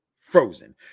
frozen